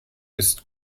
ist